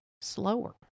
slower